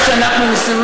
מה שאנחנו עושים,